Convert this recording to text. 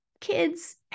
kids